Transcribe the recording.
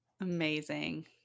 Amazing